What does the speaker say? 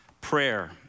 prayer